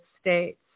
States